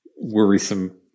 worrisome